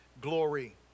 glory